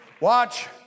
watch